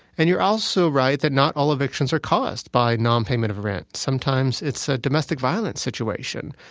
and you're also right that not all evictions are caused by non-payment of rent. sometimes it's a domestic violence situation.